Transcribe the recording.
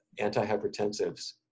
antihypertensives